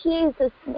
Jesus